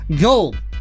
gold